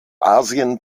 asien